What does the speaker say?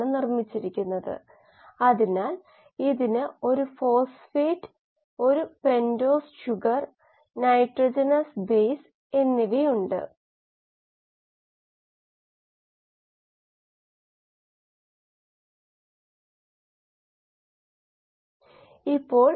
കോശ റിഡോക്സ് അവസ്ഥ സാധാരണയായി NADH nicotinamide adenine dinucleotide hydrogen രൂപത്തിൽ നിന്ന് ഉരുത്തിരിഞ്ഞതാണ്